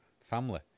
family